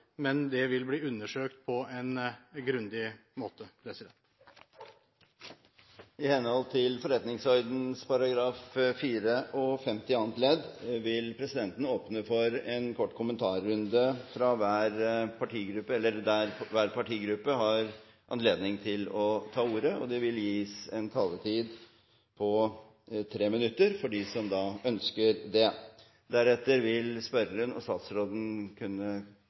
men det vil bli undersøkt på en grundig måte. I henhold til § 54 andre ledd i Stortingets forretningsorden vil presidenten åpne opp for en kort kommentarrunde, der hver partigruppe har anledning til å ta ordet. De som ønsker å ta ordet, har en taletid på inntil 3 minutter. Deretter vil spørreren og statsråden kunne